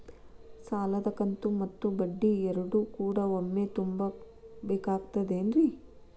ಸಾಲದ ಕಂತು ಮತ್ತ ಬಡ್ಡಿ ಎರಡು ಕೂಡ ಒಮ್ಮೆ ತುಂಬ ಬೇಕಾಗ್ ತೈತೇನ್ರಿ?